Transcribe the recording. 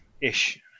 ish